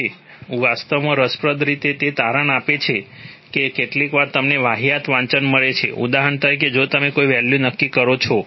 તેથી વાસ્તવમાં રસપ્રદ રીતે તે તારણ આપે છે કે કેટલીકવાર તમને વાહિયાત વાંચન મળે છે ઉદાહરણ તરીકે જો તમે કોઈ વેલ્યુ નક્કી કરો છો